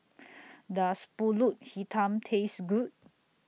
Does Pulut Hitam Taste Good